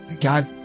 God